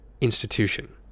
institution